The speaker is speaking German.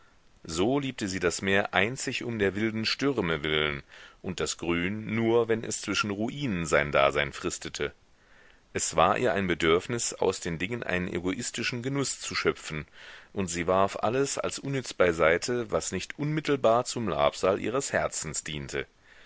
so liebte sie das meer einzig um der wilden stürme willen und das grün nur wenn es zwischen ruinen sein dasein fristete es war ihr ein bedürfnis aus den dingen einen egoistischen genuß zu schöpfen und sie warf alles als unnütz beiseite was nicht unmittelbar zum labsal ihres herzens diente